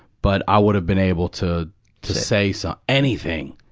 but i would have been able to to say some anything.